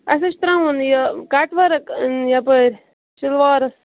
اسہِ حَظ چھُ تراوُن یہِ کٹَورٕک یپٲرۍ شَلوارس